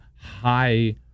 high